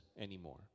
anymore